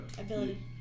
ability